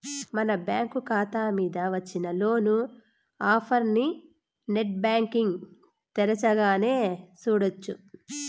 మన బ్యాంకు కాతా మింద వచ్చిన లోను ఆఫర్లనీ నెట్ బ్యాంటింగ్ తెరచగానే సూడొచ్చు